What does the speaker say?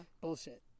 Bullshit